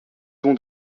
ton